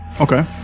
Okay